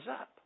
up